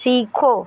सीखो